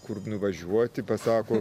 kur nuvažiuoti pasako